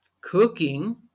cooking